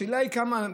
השאלה היא כמה.